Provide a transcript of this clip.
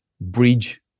bridge